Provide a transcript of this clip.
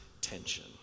tension